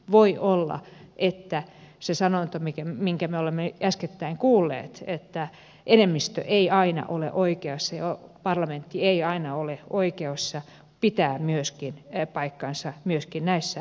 voi olla että se sanonta jonka me olemme äskettäin kuulleet että enemmistö ei aina ole oikeassa ja parlamentti ei aina ole oikeassa pitää paikkansa myöskin näissä demokratioissa